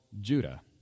Judah